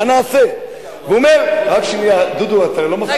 מה נעשה?